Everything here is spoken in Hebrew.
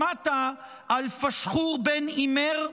שמעת על פַּשְׁחוּר בֶּן אִמֵּר?